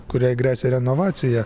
kuriai gresia renovacija